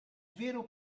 vero